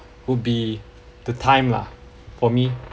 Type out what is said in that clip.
would be the time lah for me